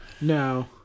no